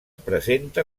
presenta